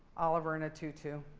oliver in a tutu.